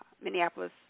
Minneapolis